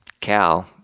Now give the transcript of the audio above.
cow